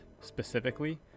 specifically